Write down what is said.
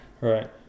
Right